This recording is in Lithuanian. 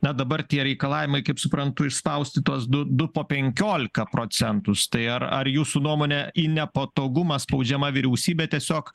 na dabar tie reikalavimai kaip suprantu išspausti tuos du du po penkiolika procentus tai ar ar jūsų nuomone į nepatogumą spaudžiama vyriausybė tiesiog